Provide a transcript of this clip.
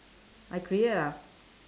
I create ah